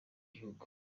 gihugu